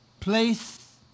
place